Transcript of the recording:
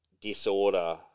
disorder